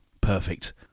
Perfect